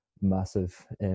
massive